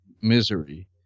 misery